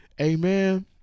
Amen